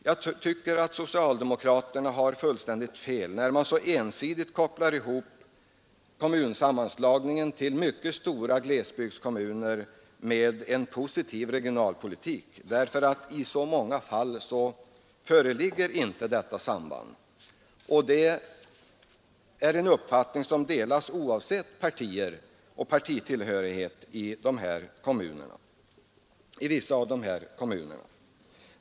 Jag tycker att socialdemokraterna har fel när de så ensidigt kopplar ihop kommunsammanslagningen till mycket stora glesbygdskommuner med en positiv regionalpolitik. I många fall föreligger inte något sådant samband. Detta är en uppfattning som ansvariga ute i dessa kommuner delar oavsett partitillhörighet.